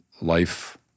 life